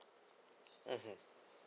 mmhmm